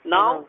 Now